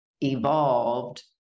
evolved